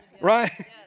right